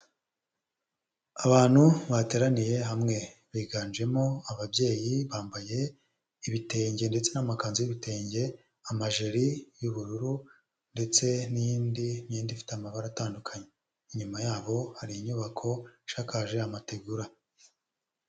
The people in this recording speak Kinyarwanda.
Abantu bateraniye hamwe biganjemo ababyeyi bambaye ibitenge ndetse n'amakanzu y'ibitenge , amajiri y'ubururu ndetse n'iyindi myenda ifite amabara atandukanye. Inyuma yabo hari inyubako ishakaje amategura.